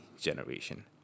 generation